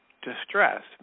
distress